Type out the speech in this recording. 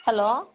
hello